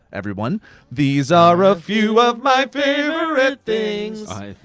everyone these are a few of my favorite things i,